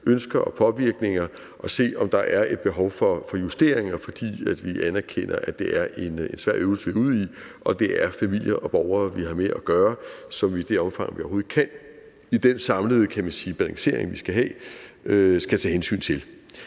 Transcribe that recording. ønsker og påvirkninger, at se, om der er et behov for justeringer. For vi anerkender, at det er en svær øvelse, vi er ude i, og at det er familier og borgere, vi har med at gøre, som vi i det omfang, vi overhovedet kan, og i den, kan man sige, samlede balancering, vi skal have, skal tage hensyn til.